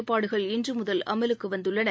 கட்டுப்பாடுகள் இன்றுமுதல் அமலுக்குவந்துள்ளன